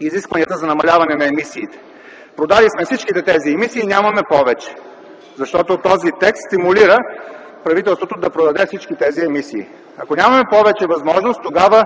изискванията за намаляване на емисиите? Продали сме всички тези емисии и нямаме повече, защото този текст стимулира правителството да продаде всички емисии. Ако нямаме повече възможност, тогава